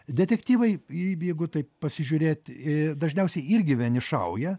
detektyvai į jeigu taip pasižiūrėt į dažniausiai irgi vienišauja